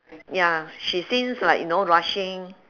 ya she seems like you know rushing